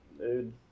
Dude